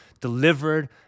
delivered